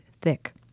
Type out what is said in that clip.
thick